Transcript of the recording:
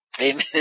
Amen